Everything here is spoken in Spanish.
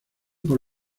por